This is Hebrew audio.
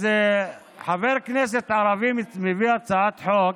אז חבר כנסת ערבי מביא הצעת חוק,